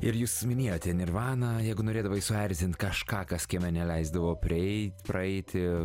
ir jūs minėjote nirvaną jeigu norėdavai suerzint kažką kas kieme neleisdavo priei praeiti